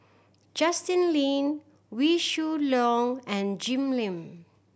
Justin Lean Wee Shoo Leong and Jim Lim